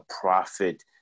profit